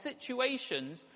situations